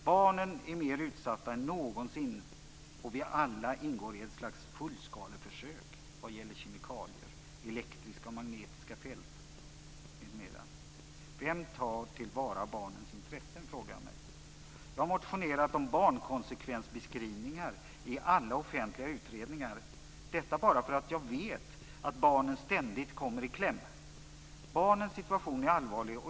Barnen är mer utsatta än någonsin, och vi alla ingår i något slags fullskaleförsök vad gäller kemikalier, elektriska och magnetiska fält, m.m. Vem tar till vara barnens intressen? frågar jag mig. Jag har motionerat om barnkonsekvensbeskrivningar i alla offentliga utredningar. Detta bara för att jag vet att barnen ständigt kommer i kläm. Barnens situation är allvarlig.